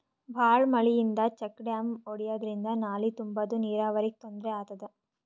ಭಾಳ್ ಮಳಿಯಿಂದ check dam ಒಡ್ಯಾದ್ರಿಂದ ನಾಲಿ ತುಂಬಾದು ನೀರಾವರಿಗ್ ತೊಂದ್ರೆ ಆತದ